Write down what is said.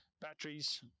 batteries